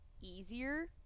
easier